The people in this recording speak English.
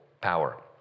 power